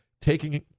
taking